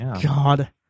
God